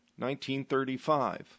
1935